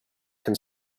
can